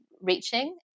reaching